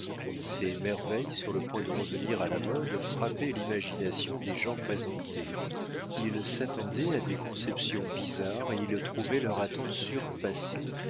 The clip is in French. ces merveilles sur le point de revenir à la mode frappaient l'imagination des gens présentés ils s'attendaient à des conceptions bizarres et ils trouvaient leur attente surpassée